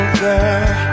girl